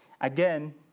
again